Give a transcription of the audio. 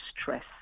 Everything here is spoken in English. stress